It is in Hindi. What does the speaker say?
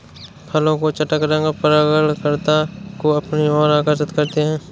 फूलों के चटक रंग परागणकर्ता को अपनी ओर आकर्षक करते हैं